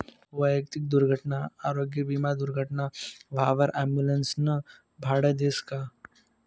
वैयक्तिक दुर्घटना आरोग्य विमा दुर्घटना व्हवावर ॲम्बुलन्सनं भाडं देस का?